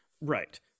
Right